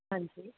ਹਾਂਜੀ